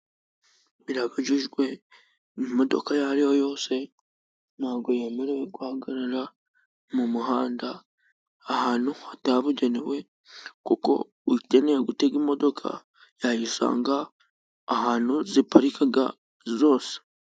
Birabujijwe, imodoka iyo ariyo yose, ntabwo yemerewe guhagarara mu muhanda, ahantu hatabugenewe, kuko ukeneye gutega imodoka yayisanga ahantu ziparika zose.